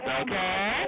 okay